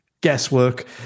Guesswork